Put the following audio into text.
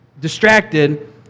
distracted